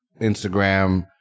instagram